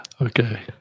Okay